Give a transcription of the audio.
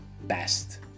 best